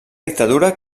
dictadura